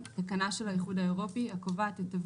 תקנה של האיחוד האירופי הקובעת דרישת נצילות אנרגטית של מכשיר חשמלי,